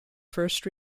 first